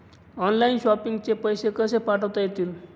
Online shopping चे पैसे कसे पाठवता येतील?